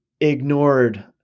ignored